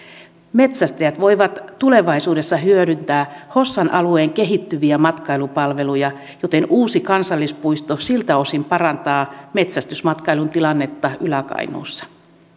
metsästäjät voivat tulevaisuudessa hyödyntää hossan alueen kehittyviä matkailupalveluja joten uusi kansallispuisto siltä osin parantaa metsästysmatkailun tilannetta ylä kainuussa